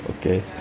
Okay